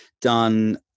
done